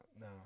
no